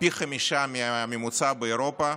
מפי חמישה מהממוצע באירופה,